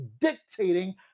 dictating